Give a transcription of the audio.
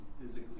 physically